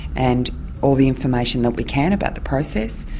and all the information that we can about the process,